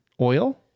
oil